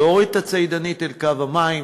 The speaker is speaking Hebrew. להוריד את הצידנית אל קו המים.